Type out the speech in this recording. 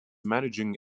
managing